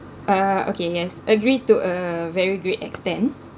uh okay yes agreed to a very great extent